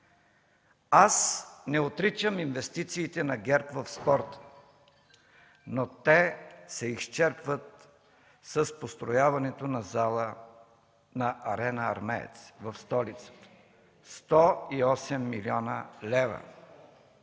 Аз не отричам инвестициите на ГЕРБ в спорта, но те се изчерпват с построяването на зала „Арена Армеец” в столицата – 108 млн. лв.